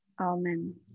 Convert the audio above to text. Amen